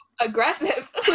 Aggressive